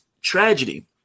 tragedy